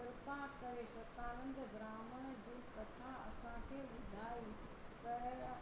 कृपा करे शतानंद ब्राहमण जी कथा असांखे ॿुधाई पर